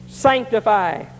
Sanctify